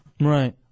Right